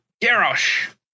Garrosh